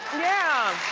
yeah.